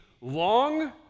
long